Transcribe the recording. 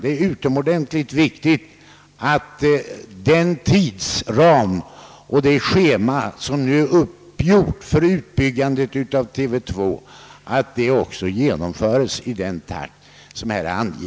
Det är utomordentligt viktigt att den tidsram och det schema som då uppgjordes för utbyggande av TV 2 också följs. Herr talman!